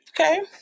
Okay